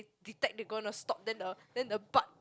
detect they gonna stop then the then the butt